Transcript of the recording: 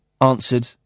answered